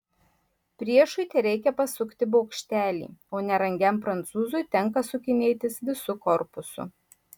priešui tereikia pasukti bokštelį o nerangiam prancūzui tenka sukinėtis visu korpusu